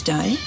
Day